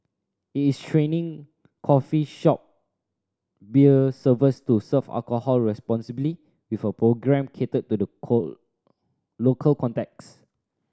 it is training coffee shop beer servers to serve alcohol responsibly with a programme catered to the local context